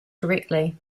correctly